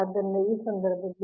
ಆದ್ದರಿಂದ ಈ ಸಂದರ್ಭದಲ್ಲಿ